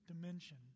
dimension